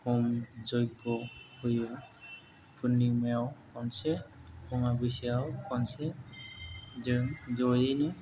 हम जयग' होयो पुरनिमायाव खनसे अमाबैसायाव खनसे जों जयैनो